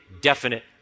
definite